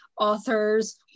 authors